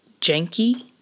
janky